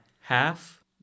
Half